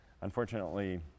unfortunately